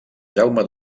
jaume